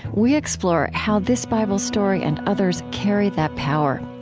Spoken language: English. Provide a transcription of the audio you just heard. we explore how this bible story and others carry that power.